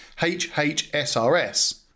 HHSRS